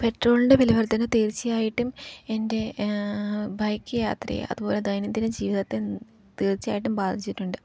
പെട്രോളിൻ്റെ വിലവർദ്ധന തീർച്ചയായിട്ടും എൻ്റെ ബൈക്ക് യാത്രയെ അതുപോലെ ദൈനംദിന ജീവിതത്തെ തീർച്ചയായിട്ടും ബാധിച്ചിട്ടുണ്ട്